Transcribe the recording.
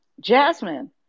Jasmine